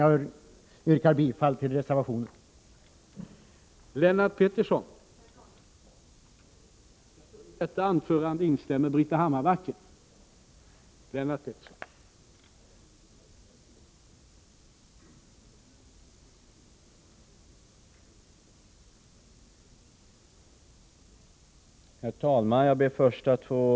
Jag yrkar bifall till reservationen. säkring med obligatorisk anslutning